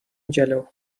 جلو